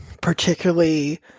particularly